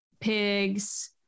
pigs